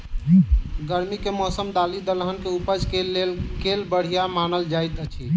गर्मी केँ मौसम दालि दलहन केँ उपज केँ लेल केल बढ़िया मानल जाइत अछि?